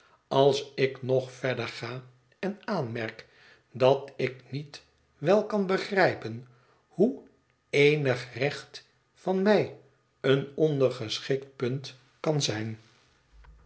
als ik nog verder ga en aanmerk dat ik niet wel kan begrijpen hoe o e n i g recht van mij een ondergeschikt punt kan zijn